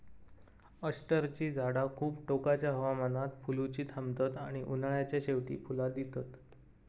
अष्टरची झाडा खूप टोकाच्या हवामानात फुलुची थांबतत आणि उन्हाळ्याच्या शेवटी फुला दितत